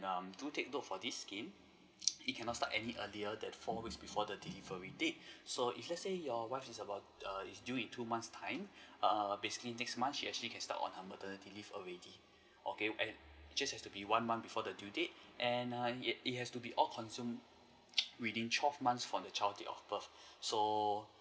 um do take note for this scheme it cannot start any earlier than four weeks before the delivery date so if let's say your wife is about err is due in two months time err basically next months she actually can start on her maternity leaves already okay and just have to be one month before the due date and err it has it has to be all consume within twelve months from the child date of birth so